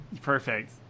Perfect